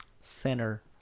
Center